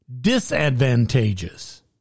disadvantageous